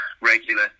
regular